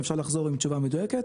אפשר לחזור עם תשובה מדויקת,